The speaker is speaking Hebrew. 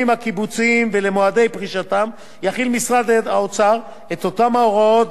יחיל משרד האוצר את אותן הוראות גם על גמלאי שירות הקבע.